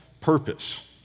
purpose